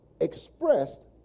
expressed